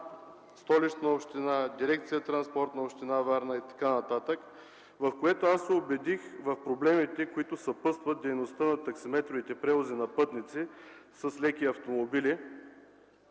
Столична община, дирекция „Транспорт” на община Варна и така нататък. Аз се убедих в проблемите, които съпътстват дейността на таксиметровите превози на пътници с леки автомобили.